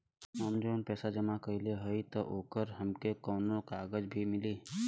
हम जवन पैसा जमा कइले हई त ओकर हमके कौनो कागज भी मिली?